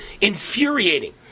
infuriating